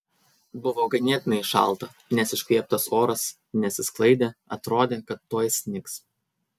buvo ganėtinai šalta nes iškvėptas oras nesisklaidė atrodė kad tuoj snigs